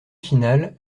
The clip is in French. finale